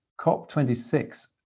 COP26